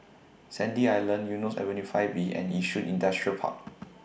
Sandy Island Eunos Avenue five B and Yishun Industrial Park